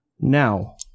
now